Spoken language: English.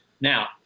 Now